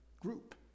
group